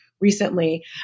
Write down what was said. recently